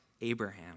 Abraham